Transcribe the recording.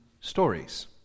stories